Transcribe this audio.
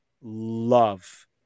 love